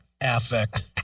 affect